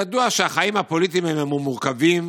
ידוע שהחיים הפוליטיים הם מורכבים